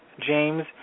James